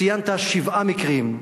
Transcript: ציינת שבעה מקרים,